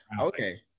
okay